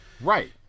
Right